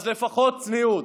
אז לפחות צניעות.